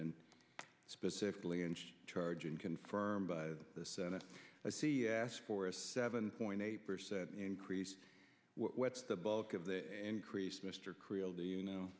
in specifically inch chargin confirmed by the senate i see asked for a seven point eight percent increase what's the bulk of the increase mr creel do you know